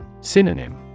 Synonym